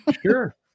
Sure